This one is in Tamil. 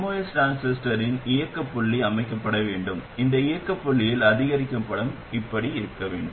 MOS டிரான்சிஸ்டரின் இயக்கப் புள்ளி அமைக்கப்பட வேண்டும் அந்த இயக்கப் புள்ளியில் அதிகரிக்கும் படம் இப்படி இருக்க வேண்டும்